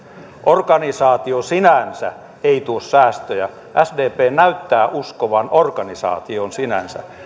organisaatio sinänsä ei tuo säästöjä sdp näyttää uskovan organisaatioon sinänsä